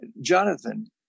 Jonathan